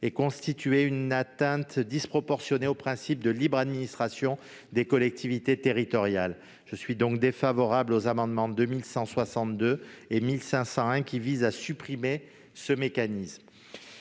et constituer une atteinte disproportionnée au principe de libre administration des collectivités territoriales. Je suis donc défavorable aux amendements n 2162 et 1501, qui visent à supprimer ce mécanisme.